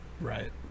Right